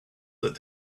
that